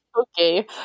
Okay